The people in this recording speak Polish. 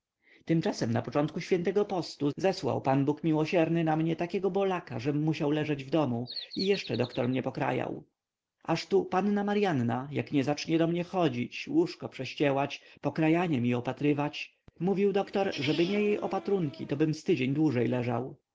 tymczasem na początku świętego postu zesłał pan bóg miłosierny na mnie takiego bolaka żem musiał leżeć w domu i jeszcze doktor mnie pokrajał aż tu panna maryanna jak nie zacznie do mnie chodzić łóżko prześciełać pokrajanie mi opatrywać mówił doktor żeby nie jej opatrunki tobym ztydzień dłużej leżał